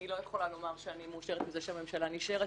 אני לא יכולה לומר שאני מאושרת מזה שהממשלה נשארת